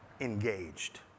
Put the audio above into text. engaged